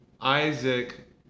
isaac